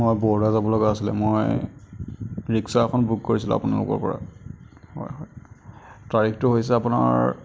মই বৰোদা যাব লগা আছিল মই ৰিক্সা এখন বুক কৰিছিলোঁ আপোনালোকৰপৰা হয় তাৰিখটো আছিল আপোনাৰ